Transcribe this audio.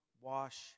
wash